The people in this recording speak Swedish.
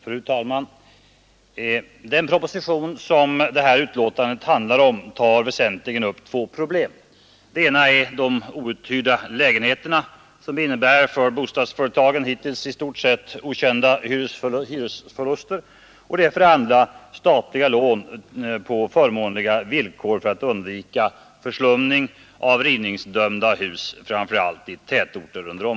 Fru talman! Den proposition som det här betänkandet behandlar tar väsentligen upp två problem. Det ena är de outhyrda lägenheterna, som innebär för bostadsföretagen hittills i stort sett okända hyresförluster, och det andra är statliga lån på förmånliga villkor för att undvika förslumning av rivningsdömda hus.